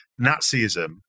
Nazism